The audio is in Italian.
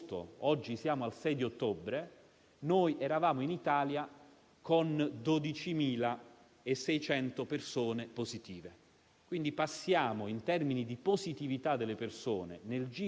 Oggi, che siamo a 323, è chiaro che siamo messi molto meglio rispetto ai mesi più difficili, ma non dobbiamo assolutamente far finta di non vedere che c'è un'altra verità,